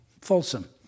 Folsom